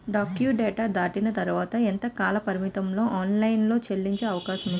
Due date దాటిన తర్వాత ఎంత కాలపరిమితిలో ఆన్ లైన్ లో చెల్లించే అవకాశం వుంది?